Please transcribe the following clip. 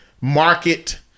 market